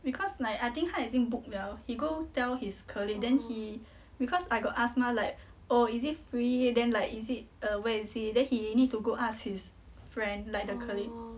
because like I think 他已经 book liao he go tell his colleague then he because I got ask me mah like oh is it free then like is it uh where is it then he need to go ask his friend like the colleague